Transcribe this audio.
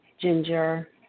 Ginger